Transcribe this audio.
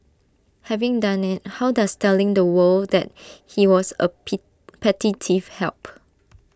having done IT how does telling the world that he was A P petty thief help